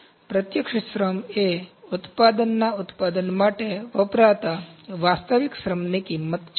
તેથી પ્રત્યક્ષ શ્રમ ખર્ચ એ ઉત્પાદનના ઉત્પાદન માટે વપરાતા વાસ્તવિક શ્રમની કિંમત છે